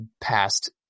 past